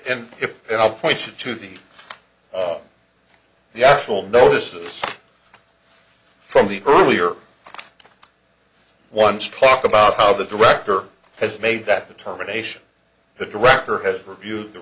it and if i point you to the the actual notices from the earlier ones talk about how the director has made that determination the director has reviewed the